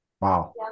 Wow